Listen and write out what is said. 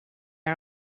are